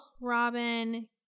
Robin